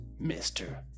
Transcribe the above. Mr